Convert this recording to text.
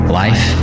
life